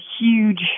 huge